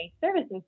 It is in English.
services